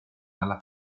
dalla